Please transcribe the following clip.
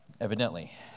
evidently